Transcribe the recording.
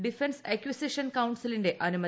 defence acquisition കൌൺസിലിന്റെ അനുമതി